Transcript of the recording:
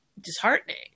disheartening